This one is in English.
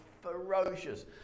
ferocious